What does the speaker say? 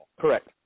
Correct